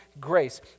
grace